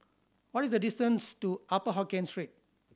what is the distance to Upper Hokkien Street